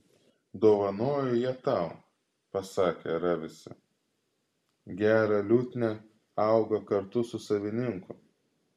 dovanoju ją tau pasakė ravisi gera liutnia auga kartu su savininku